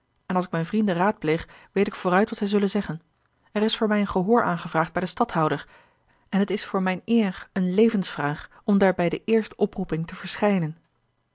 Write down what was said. en als ik mijne vrienden raadpleeg weet ik vooruit wat zij zullen zeggen er is voor mij een gehoor aangevraagd bij den stadhouder en t is voor mijne eer eene levensvraag om daar bij de eerste oproeping te verschijnen